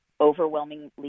overwhelmingly